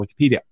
Wikipedia